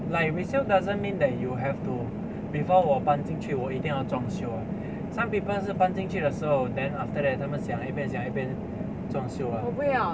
like resale doesn't mean that you have to before 我搬进去我一定要装修 eh some people 是搬进去的时候 then after that then 他们想一便想一便 then 装修完